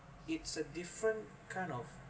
it's a different kind of